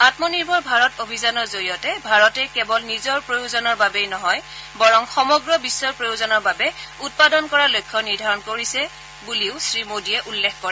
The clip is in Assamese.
আমনিৰ্ভৰ ভাৰত অভিযানৰ জৰিয়তে ভাৰতে কেৱল নিজৰ প্ৰয়োজনৰ বাবেই নহয় বৰং সমগ্ৰ বিশ্বৰ প্ৰয়োজনৰ বাবে উৎপাদন কৰাৰ লক্ষ্য নিৰ্ধাৰণ কৰিছে বুলিও শ্ৰীমোডীয়ে উল্লেখ কৰে